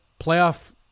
playoff